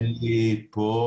אין לי פה.